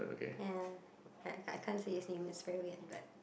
ya but I can't say his name it is very weird but